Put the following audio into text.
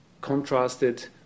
contrasted